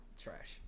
Trash